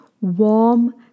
warm